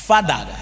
Father